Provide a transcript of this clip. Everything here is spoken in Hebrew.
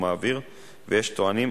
כן.